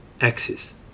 axis